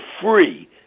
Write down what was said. free